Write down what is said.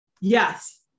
Yes